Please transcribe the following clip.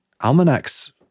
almanac's